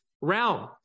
realm